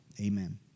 amen